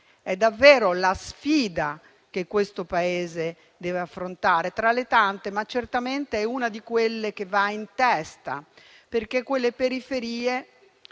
è davvero la sfida che il Paese deve affrontare tra le tante, ma certamente è una di quelle che va in testa. Quelle periferie,